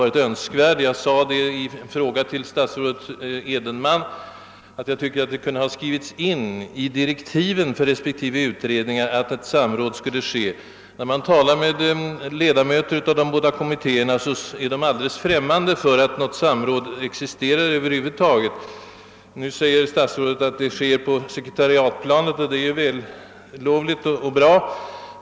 Jag sade på sin tid i anslutning till en fråga som jag riktade till dåvarande statsrådet Edenman, att det borde ha skrivits in i direktiven för respektive utredningar att ett samråd skall ske. När man talar med ledamöter av de båda kommittéerna finner man att de är alldeles främmande för att något samråd över huvud taget existerar. Nu säger statsrådet att det dock sker ett samråd — på sekretariatsplanet — och det är ju bra.